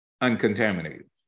uncontaminated